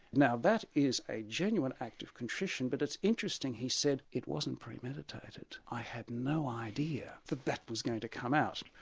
now that is a genuine act of contrition but it's interesting he said it wasn't premeditated. i had no idea that that was going to come out.